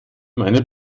meine